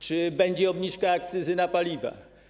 Czy będzie obniżka akcyzy na paliwa?